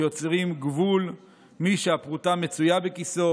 שיוצרת גבול בין מי שהפרוטה מצויה בכיסו,